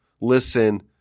listen